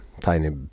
Tiny